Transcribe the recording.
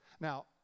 Now